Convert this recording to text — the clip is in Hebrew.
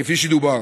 כפי שדובר.